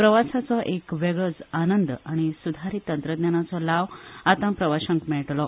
प्रवासाचो एक वेगळोच आनंद आनी सुधारीत तंत्रज्ञानाचो लाव आतां प्रवाशांक मेळटलो